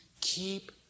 Keep